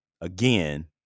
again